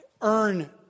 earn